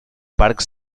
parcs